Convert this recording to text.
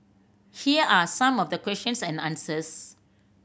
here are some of the questions and answers